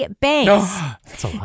banks